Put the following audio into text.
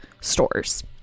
stores